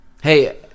Hey